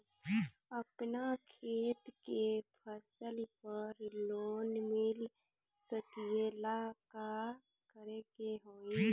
अपना खेत के फसल पर लोन मिल सकीएला का करे के होई?